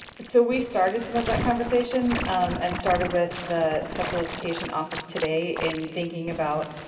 so we started some of that conversation and started with the special education office today in thinking about,